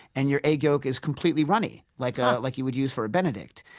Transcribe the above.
and your egg yolk is completely runny like ah like you would use for a benedict.